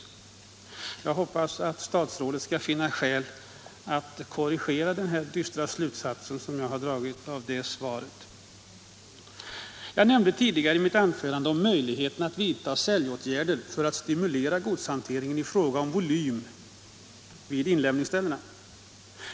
Jag hoppas statsrådet finner skäl att korrigera denna dystra slutsats som jag har dragit av svaret. Jag nämnde tidigare i mitt anförande möjligheten att vidta följdåtgärder för att stimulera godshanteringen i fråga om volym vid inlämningsstället.